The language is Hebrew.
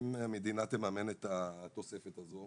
אם המדינה תממן את התוספת הזאת,